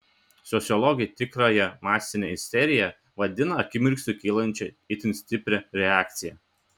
sociologai tikrąja masine isterija vadina akimirksniu kylančią itin stiprią reakciją